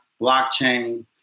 blockchain